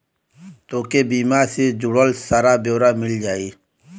तोके बीमा से जुड़ल सारा ब्योरा मिल जाई